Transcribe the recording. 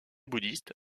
bouddhiste